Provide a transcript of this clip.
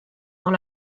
dans